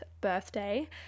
birthday